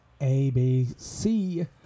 ABC